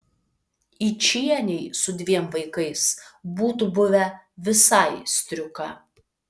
yčienei su dviem vaikais būtų buvę visai striuka